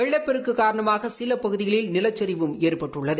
வெள்ளப்பெருக்கு காரணமாக சில பகுதிகளில் நிலச்சரிவும் ஏற்பட்டுள்ளது